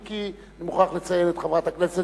אם כי אני מוכרח לציין את חברי הכנסת